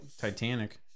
Titanic